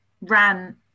ran